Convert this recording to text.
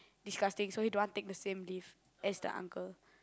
disgusting so he don't want take the same lift as the uncle